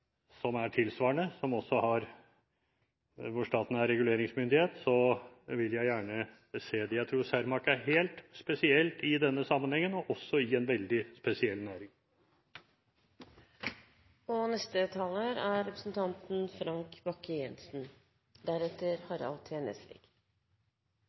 som er tilsvarende, der staten også er reguleringsmyndighet, vil jeg gjerne se dem. Jeg tror Cermaq er helt spesiell i denne sammenhengen, og det er også i en veldig spesiell